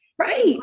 Right